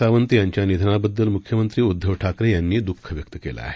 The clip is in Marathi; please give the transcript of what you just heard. सावंत यांच्या निधनाबद्दल मुख्यमंत्री उद्धव ठाकरे यांनी दःख व्यक्त केलं आहे